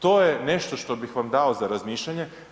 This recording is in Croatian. To je nešto što bih vam da za razmišljanje.